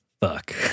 fuck